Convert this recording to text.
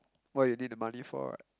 what you need the money for lah